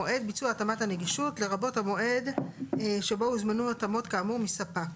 "מועד ביצוע התאמת הנגישות" לרבות המועד שבו הוזמנו התאמות כאמור מספק.